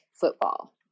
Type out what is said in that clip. football